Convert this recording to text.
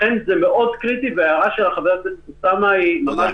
לכן זה קריטי מאוד וההערה של חבר הכנסת אוסאמה סעדי היא ממש